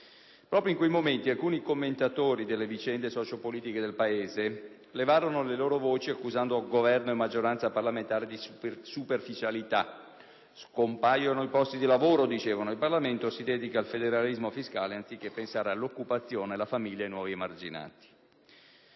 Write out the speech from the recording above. Proprio in quei momenti alcuni commentatori delle vicende socio-politiche del Paese levarono le loro voci accusando Governo e maggioranza parlamentare di superficialità: scompaiono i posti di lavoro, dicevano, e il Parlamento si dedica al federalismo fiscale, anziché pensare all'occupazione, alla famiglia, ai nuovi emarginati.